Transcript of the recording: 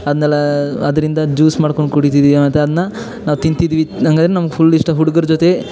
ಅದನ್ನೆಲ್ಲ ಅದರಿಂದ ಜೂಸ್ ಮಾಡ್ಕೊಂಡು ಕುಡಿತಿದ್ವಿ ಮತ್ತು ಅದನ್ನ ನಾವು ತಿಂತಿದ್ವಿ ನಮ್ಗೆ ಫುಲ್ ಇಷ್ಟ ಹುಡುಗರು ಜೊತೆ